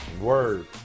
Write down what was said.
Word